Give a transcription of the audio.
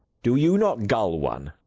do you not gull one?